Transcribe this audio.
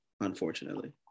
unfortunately